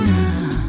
now